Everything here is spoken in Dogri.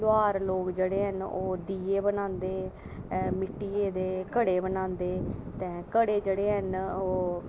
कुम्हार लोग जेह्ड़े हैन ओह् दीये बनांदे घड़े बनांदे मिट्टियै दे घड़े जेह्ड़े हैन ओह्